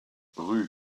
rue